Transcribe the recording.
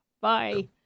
Bye